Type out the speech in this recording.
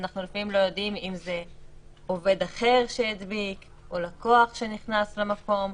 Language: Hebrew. אנחנו לפעמים לא יודעים אם זה עובד אחר שהדביק או לקוח שנכנס למקום.